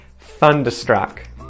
Thunderstruck